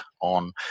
on